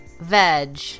Veg